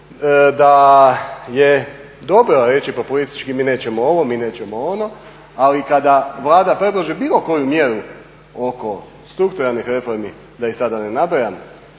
da je dobro reći po politički mi nećemo ovo, mi nećemo ono, ali kada Vlada predloži bilo koju mjeru oko strukturalnih reformi da ih sada ne nabrajam